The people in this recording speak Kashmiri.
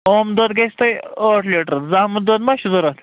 اوم دۄد گَژھہِ تۄہہِ ٲٹھ لیٹر زامُت دۄد مَہ چھُ ضرورَت